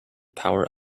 power